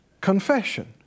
confession